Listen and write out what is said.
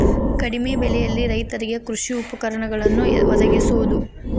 ಕಡಿಮೆ ಬೆಲೆಯಲ್ಲಿ ರೈತರಿಗೆ ಕೃಷಿ ಉಪಕರಣಗಳನ್ನು ವದಗಿಸುವದು